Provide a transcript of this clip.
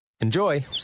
Enjoy